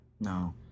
No